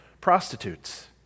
prostitutes